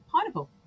pineapple